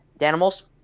animals